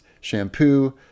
shampoo